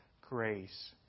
grace